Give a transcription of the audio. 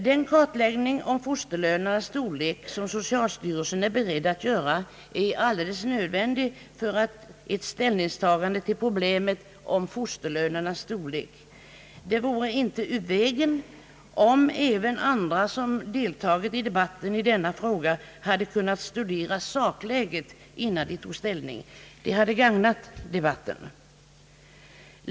Den kartläggning av fosterlönernas storlek som socialstyrelsen är beredd att göra är alldeles nödvändig för ett ställningstagande till problemet om fosterlönernas storlek. Det vore inte ur vägen om även andra som deltagit i debatten i denna fråga hade kunnat studera sakläget innan de tog ställning. Det hade gagnat debatten.